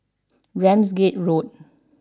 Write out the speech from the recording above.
Ramsgate Road